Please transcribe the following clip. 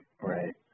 right